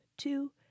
Two